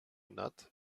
not